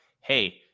hey